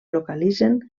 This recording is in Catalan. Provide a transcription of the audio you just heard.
localitzen